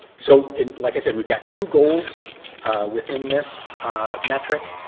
so like i said, we've got two goals within this metric.